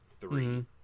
three